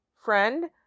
friend